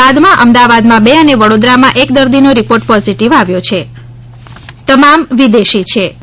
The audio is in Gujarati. બાદમાં અમદાવાદમાં બે અને વડોદરામાં એક દર્દીનો રીપોર્ટ પોઝીટીવ આવ્યો છે તમામ વિદેશી છે